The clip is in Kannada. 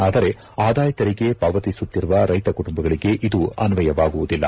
ಆದರೆ ಆದಾಯ ತೆರಿಗೆ ಪಾವತಿಸುತ್ತಿರುವ ರೈತ ಕುಟುಂಬಗಳಿಗೆ ಇದು ಅನ್ವಯವಾಗುವುದಿಲ್ಲ